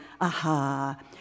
aha